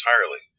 entirely